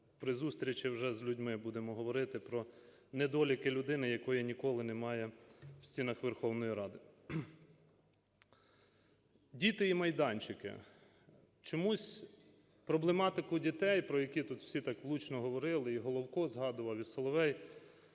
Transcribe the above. Діти і майданчики. Чомусь проблематику дітей, про яких тут всі так влучно говорили – і Головко згадував, і Соловей